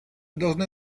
должны